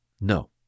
No